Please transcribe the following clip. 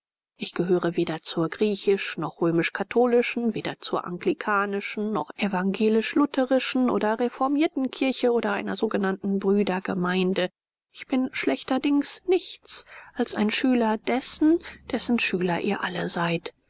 ich gehöre weder zur griechisch noch römisch-katholischen weder zur anglikanischen noch evangelisch lutherischen oder reformierten kirche oder einer sogenannten brüdergemeinde ich bin schlechterdings nichts als ein schüler dessen dessen schüler ihr alle seid